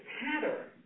pattern